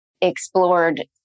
explored